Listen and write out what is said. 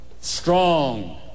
strong